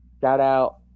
Shout-out